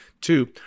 two